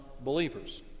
believers